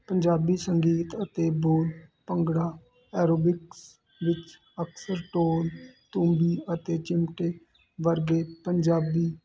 ਪੰਜਾਬੀ ਸੰਗੀਤ ਅਤੇ ਬੋਲ ਭੰਗੜਾ ਐਰੋਬਿਕਸ ਵਿੱਚ ਅਕਸਰ ਢੋਲ ਤੂੰਬੀ ਅਤੇ ਚਿਮਟੇ ਵਰਗੇ ਪੰਜਾਬੀ